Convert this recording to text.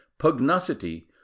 Pugnacity